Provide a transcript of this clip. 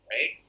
right